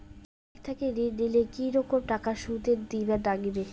Bank থাকি ঋণ নিলে কি রকম টাকা সুদ দিবার নাগিবে?